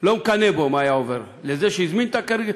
לא מקנא בו מה היה עובר זה שהזמין את הקריקטורות,